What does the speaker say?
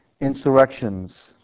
insurrections